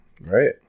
Right